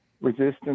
resistance